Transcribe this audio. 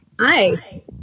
Hi